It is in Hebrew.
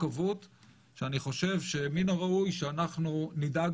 ויש מורכבות שאני חושב שמן הראוי שאנחנו נדאג